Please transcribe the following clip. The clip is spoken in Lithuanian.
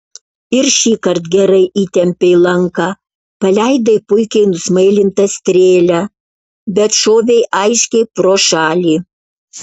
ir šįkart gerai įtempei lanką paleidai puikiai nusmailintą strėlę bet šovei aiškiai pro šalį